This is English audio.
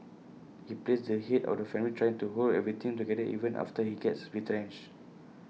he plays the Head of the family trying to hold everything together even after he gets retrenched